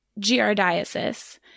giardiasis